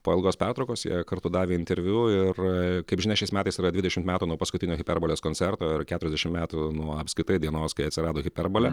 po ilgos pertraukos jie kartu davė interviu ir kaip žinia šiais metais yra dvidešimt metų nuo paskutinio hiperbolės koncerto ir keturiasdešim metų nuo apskritai dienos kai atsirado hiperbolė